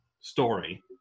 story